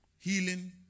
Healing